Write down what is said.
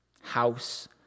House